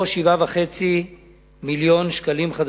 או 7.5 מיליון ש"ח,